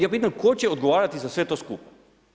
Ja pitam tko će odgovarati za sve to skupa?